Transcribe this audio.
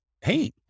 hey